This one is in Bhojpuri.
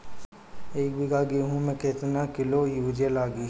एक बीगहा गेहूं में केतना किलो युरिया लागी?